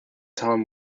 tom